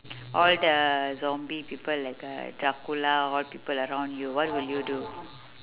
all the zombie people like uh dracula all people around you what will you do